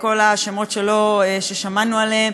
כל השמות ששמענו עליהם,